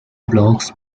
blocks